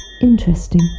Interesting